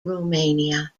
romania